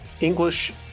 English